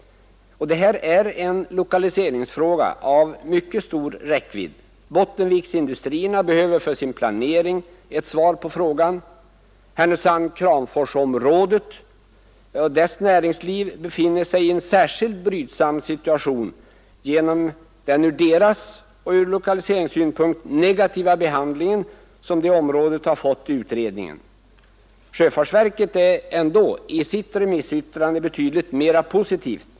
Det här är en lokaliseringsfråga av mycket stor räckvidd. Bottenviksindustrierna behöver för sin planering ett svar på frågan. Härnösand— Kramforsområdets näringsliv befinner sig i en särskilt brydsam situation genom den ur dess synpunkt liksom ur lokaliseringssynpunkt negativa behandling som det området fått i utredningen. Sjöfartsverket är ändå i sitt remissyttrande betydligt mera positivt.